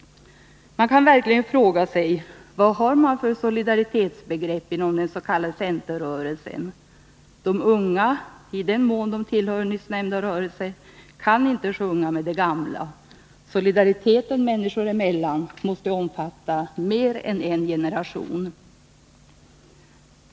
Man kan verkligen fråga sig vad man har för solidaritetsbegrepp inom den s.k. centerrörelsen. De unga, i den mån de tillhör nyssnämnda rörelse, kan inte sjunga med de gamla. Solidariteten människor emellan måste omfatta mer än en generation.